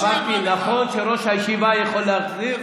אמרתי, אמרתי, נכון שראש הישיבה יכול להחזיר.